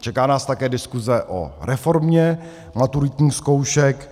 Čeká nás také diskuze o reformě maturitních zkoušek.